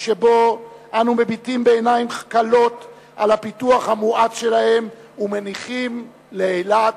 שבו אנו מביטים בעיניים כלות על הפיתוח המואץ שלהן ומניחים לאילת